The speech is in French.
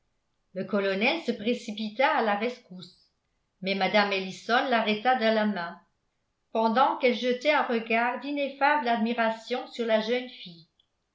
le colonel se précipita à la rescousse mais mme ellison l'arrêta de la main pendant qu'elle jetait un regard d'ineffable admiration sur la jeune fille